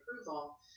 approval